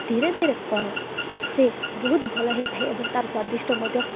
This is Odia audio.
ଧୀରେ ଧୀରେ କ'ଣ ସେ ବହୁତ ଭଲ ହୋଇଥାଏ ଏବଂ ତାର ସ୍ଵାଦିଷ୍ଟ ମଧ୍ୟ